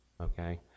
okay